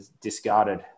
discarded